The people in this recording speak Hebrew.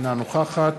אינה נוכחת